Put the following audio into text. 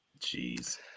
Jeez